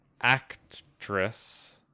actress